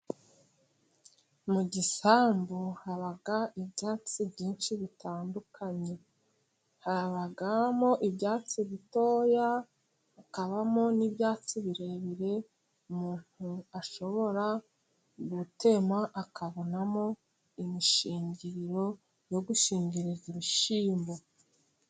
Mu gisambu haba ibyatsi byinshi bitandukanye habamo ibyatsi bitoya, hakabamo n'ibyatsi birebire umuntu ashobora gutema akabonamo imishingiriro yo gushingiriza ibishyimbo.